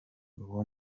uwo